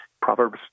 Proverbs